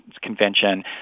Convention